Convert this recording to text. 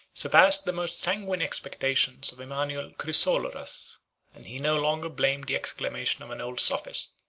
surpassed the most sanguine expectations of emanuel chrysoloras and he no longer blamed the exclamation of an old sophist,